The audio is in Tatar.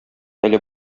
әле